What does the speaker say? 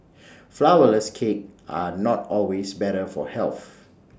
Flourless Cakes are not always better for health